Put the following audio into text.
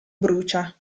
brucia